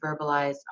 verbalize